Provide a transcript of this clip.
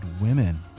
women